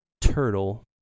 turtle